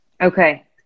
Okay